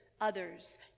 Others